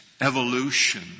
evolution